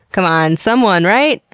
c'mon, someone, right?